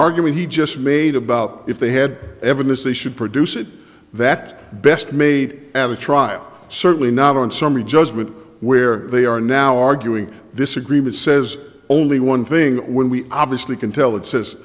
argument he just made about if they had evidence they should produce it that best made add a child certainly not on summary judgment where they are now arguing this agreement says only one thing when we obviously can tell it says